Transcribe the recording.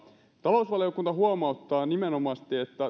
talousvaliokunta huomauttaa nimenomaisesti että